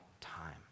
time